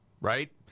right